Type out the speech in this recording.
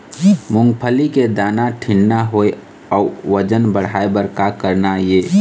मूंगफली के दाना ठीन्ना होय अउ वजन बढ़ाय बर का करना ये?